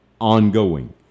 ongoing